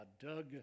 Doug